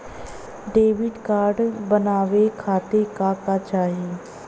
Debit card बनवावे खातिर का का चाही?